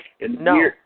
no